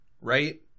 Right